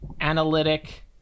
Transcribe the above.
analytic